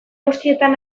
guztietan